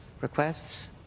requests